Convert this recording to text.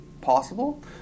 possible